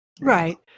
Right